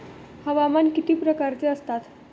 हवामान किती प्रकारचे असतात?